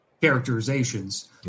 characterizations